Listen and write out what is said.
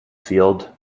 field